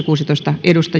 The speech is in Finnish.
kuusitoista